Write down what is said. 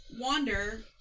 wander